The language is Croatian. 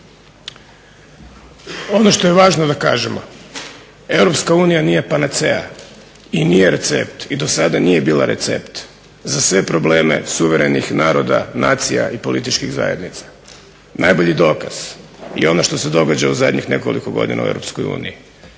Ono što je važno da kažemo. Europska unija nije Panacea i nije recept i do sada nije bila recept za sve probleme suverenih naroda, nacija i političkih zajednica. Najbolji dokaz je ono što se događa u zadnjih nekoliko godina u